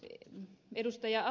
mutta ed